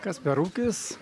kas per ūkis